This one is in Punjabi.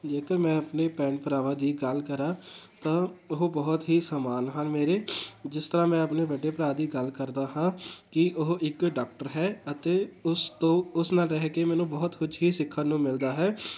ਜੇਕਰ ਮੈਂ ਆਪਣੇ ਭੈਣ ਭਰਾਵਾਂ ਦੀ ਗੱਲ ਕਰਾਂ ਤਾਂ ਉਹ ਬਹੁਤ ਹੀ ਸਮਾਨ ਹਨ ਮੇਰੇ ਜਿਸ ਤਰ੍ਹਾਂ ਮੈਂ ਆਪਣੇ ਵੱਡੇ ਭਰਾ ਦੀ ਗੱਲ ਕਰਦਾ ਹਾਂ ਕਿ ਉਹ ਇੱਕ ਡਾਕਟਰ ਹੈ ਅਤੇ ਉਸ ਤੋਂ ਉਸ ਨਾਲ ਰਹਿ ਕੇ ਮੈਨੂੰ ਬਹੁਤ ਕੁਝ ਹੀ ਸਿੱਖਣ ਨੂੰ ਮਿਲਦਾ ਹੈ